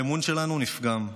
האמון שלנו נפגם.